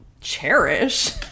cherish